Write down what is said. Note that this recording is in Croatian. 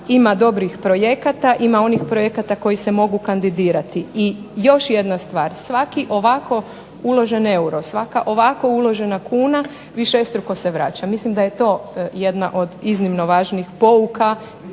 ima dobrih projekata, ima onih projekata koji se mogu kandidirati. I još jedna stvar, svaki ovako uložen euro, svaka ovako uloženo kuna višestruko se vraća. Mislim da je to jedna od iznimno važnih pouka